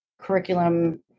curriculum